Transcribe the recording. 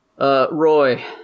Roy